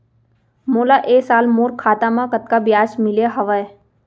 मोला ए साल मोर खाता म कतका ब्याज मिले हवये?